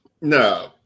No